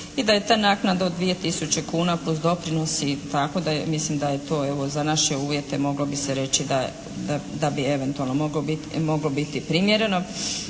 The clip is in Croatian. i da je ta naknada od 2 tisuće kuna plus doprinos i tako, mislim da je to evo za naše uvjete moglo bi se reći da bi eventualno moglo biti primjereno.